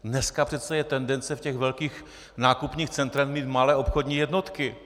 Dneska přece je tendence v těch velkých nákupních centrech mít malé obchodní jednotky.